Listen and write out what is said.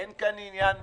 אין פה עניין מפלגתי.